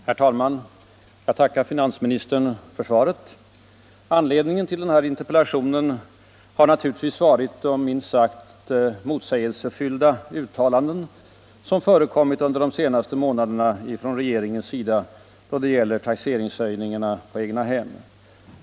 Herr talman! Jag tackar finansministern för svaret. Anledningen till denna interpellation har naturligtvis varit de minst sagt motsägelsefyllda uttalanden som förekommit under de senaste månaderna från regeringens sida då det gäller taxeringshöjningarna på egnahem.